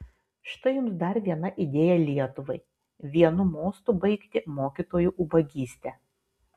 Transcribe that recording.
štai jums dar viena idėja lietuvai vienu mostu baigti mokytojų ubagystę